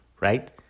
Right